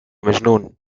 مجنون